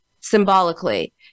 symbolically